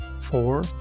four